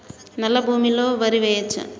నల్లా భూమి లో వరి వేయచ్చా?